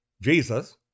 Jesus